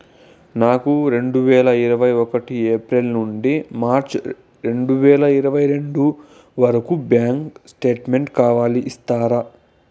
నాకు రెండు వేల ఇరవై ఒకటి ఏప్రిల్ నుండి మార్చ్ రెండు వేల ఇరవై రెండు వరకు బ్యాంకు స్టేట్మెంట్ కావాలి ఇస్తారా